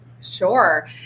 Sure